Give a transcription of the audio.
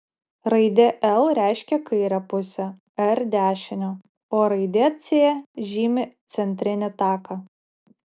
raidė l reiškia kairę pusę r dešinę o raidė c žymi centrinį taką